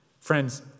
Friends